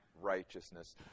righteousness